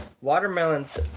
watermelons